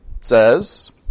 says